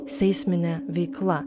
seisminė veikla